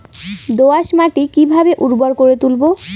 দোয়াস মাটি কিভাবে উর্বর করে তুলবো?